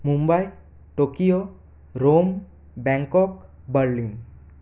Mumbai Tokyo Rome Bangkok Berlin